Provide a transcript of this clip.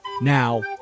Now